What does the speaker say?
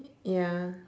ya